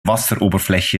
wasseroberfläche